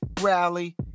rally